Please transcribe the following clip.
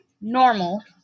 normal